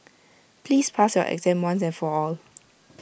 please pass your exam once and for all